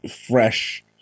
fresh